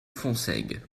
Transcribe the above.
fonsègue